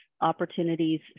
opportunities